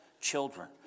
children